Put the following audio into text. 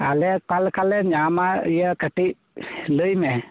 ᱟᱞᱮ ᱚᱠᱟ ᱞᱮᱠᱟᱞᱮ ᱧᱟᱢᱟ ᱤᱭᱟ ᱠᱟ ᱴᱤᱡ ᱞᱟ ᱭᱢᱮ